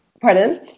Pardon